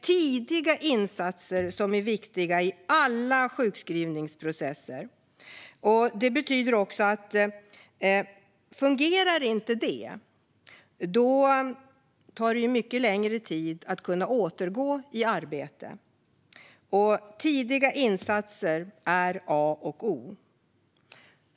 Tidiga insatser är viktiga i alla sjukskrivningsprocesser, och om detta inte fungerar tar det mycket längre tid att kunna återgå till arbete. Tidiga insatser är A och O.